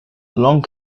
lung